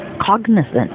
cognizant